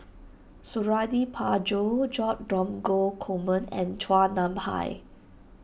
Suradi Parjo Joo Dromgold Coleman and Chua Nam Hai